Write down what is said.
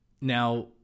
now